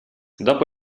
dopo